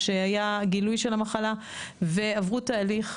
גילוי של המחלה, עברו תהליך,